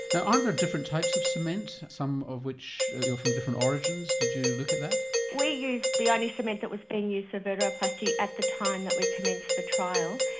now aren't there different types of cement, some of which are from different origins? did you look at that? we used the only cement that was being used for vertebroplasty at the time that we commenced the trial.